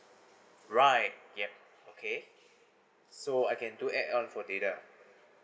right yup okay so I can do add on for data